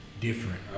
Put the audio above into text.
different